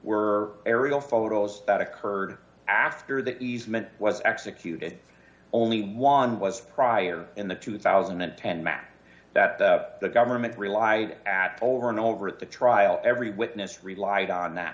were aerial photos that occurred after the easement was executed only one was prior in the two thousand and ten map that the government relied at over and over at the trial every witness relied on that